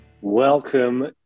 Welcome